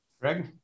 Greg